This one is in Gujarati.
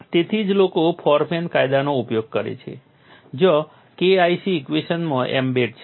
તેથી જ લોકો ફોરમેન કાયદાનો ઉપયોગ કરે છે જ્યાં K IC ઇક્વેશનમાં એમ્બેડ છે